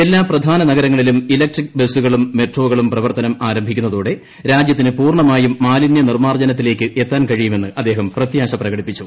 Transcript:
എല്ലാ പ്രധാന നഗരങ്ങളിലും ഇലക്ട്രിക് ബസുകളും മെട്രോകളും പ്രവർത്തനം ആരംഭിക്കുന്നതോടെ രാജ്യത്തിന് പൂർണ്ണമായും മാലിന്യ നിർമ്മാർജ്ജനത്തിലേക്ക് എത്താൻ കഴിയുമെന്ന് അദ്ദേഹം പ്രത്യാശ പ്രകടിപ്പിച്ചു